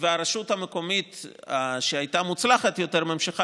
הרשות המקומית שהייתה מוצלחת יותר ממשיכה